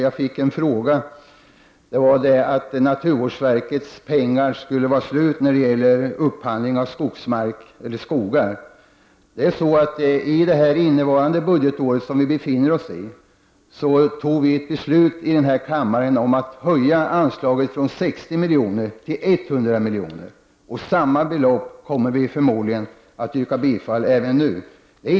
Jag fick en fråga om naturvårdsverkets pengar var slut när det gäller upphandling av skogar. Vi har i denna kammare fattat ett beslut om att för innevarande budgetår höja anslaget från 60 miljoner till 100 miljoner, och vi kommer förmodligen även nu att yrka bifall till samma belopp.